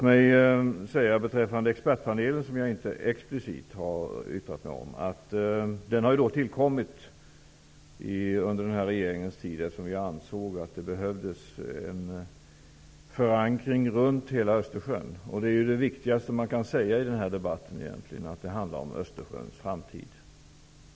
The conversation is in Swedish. Jag har inte yttrat mig explicit om expertpanelen. Denna har tillkommit under den här regeringens tid, eftersom vi ansåg att det behövdes en förankring runt hela Östersjön. Det är ju egentligen det viktigaste man kan säga i den här debatten, att det handlar om Östersjöns framtid.